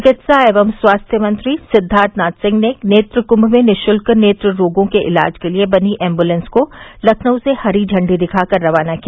चिकित्सा एवं स्वास्थ्य मंत्री सिद्वार्थनाथ सिंह ने नेत्र कुंम में निशुल्क नेत्र रोगों के इलाज के लिये बनी एम्बुलेंस को लखनऊ से हरी झंडी दिखा कर रवाना किया